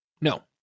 No